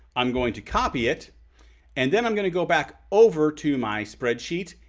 i'm going to copy it and then i'm going to go back over to my spreadsheet.